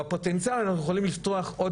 בפוטנציאל אנחנו יכולים לפתוח עוד